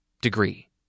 Degree